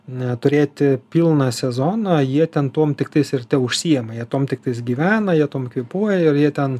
ne turėti pilną sezoną jie ten tuom tiktais ir teužsiima jie tuom tiktais gyvena jie tuom kvėpuoja ir jie ten